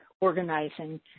organizing